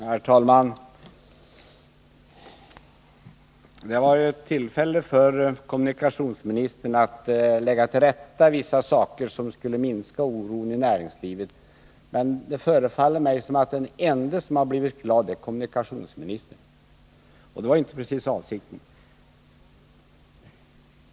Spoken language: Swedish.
Herr talman! Det var ett tillfälle för kommunikationsministern att lägga till rätta vissa saker, vilket skulle minska oron i näringslivet, men det förefaller mig som om den ende som blev glad var kommunikationsministern själv, och det var ju inte precis avsikten.